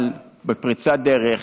אבל בפריצת דרך,